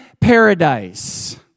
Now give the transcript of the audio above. paradise